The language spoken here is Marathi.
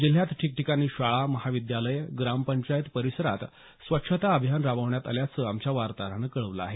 जिल्ह्यात ठिकठिकाणी शाळा महाविद्यालये ग्राम पंचायत परिसरात स्वच्छता अभियान राबविण्यात आल्याचं आमच्या वार्ताहरानं कळवलं आहे